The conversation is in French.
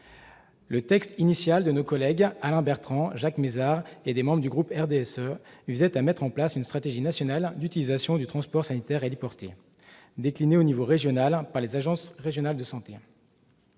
Le texte initial d'Alain Bertrand, de Jacques Mézard et des membres du groupe du RDSE visait à mettre en place une stratégie nationale d'utilisation du transport sanitaire héliporté, déclinée à l'échelon régional par les agences régionales de santé.